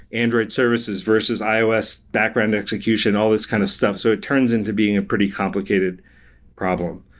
android services versus ios background execution, all these kind of stuff? so it turns into being a pretty complicated problem.